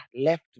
left